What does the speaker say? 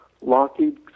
Lockheed